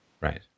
Right